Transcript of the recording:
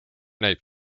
näib